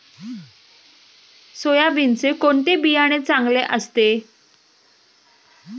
सोयाबीनचे कोणते बियाणे चांगले असते?